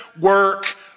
work